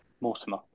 Mortimer